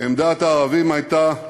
עמדת הערבים הייתה